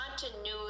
continuity